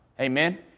Amen